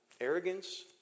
arrogance